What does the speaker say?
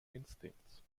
instincts